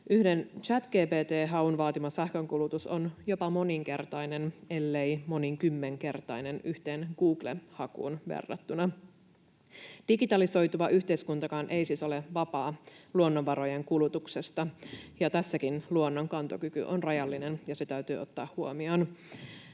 Yhden ChatGPT:n haun vaatima sähkönkulutus on jopa moninkertainen, ellei monikymmenkertainen yhteen Google-hakuun verrattuna. Digitalisoituva yhteiskuntakaan ei siis ole vapaa luonnonvarojen kulutuksesta, ja tässäkin luonnon kantokyky on rajallinen, ja se täytyy ottaa huomioon.